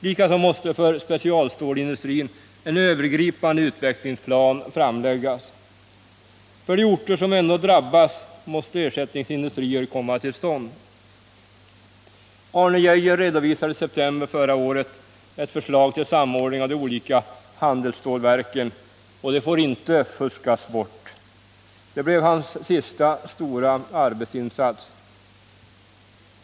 Likaså måste för specialstålindustrin en övergripande utvecklingsplan framläggas. För de orter som ändå drabbas måste ersättningsindustrier komma till stånd. Arne Geijer redovisade i september förra året ett förslag till samordning av de olika handelsstålverken, och det får inte fuskas bort. Det blev hans sista stora arbetsinsats.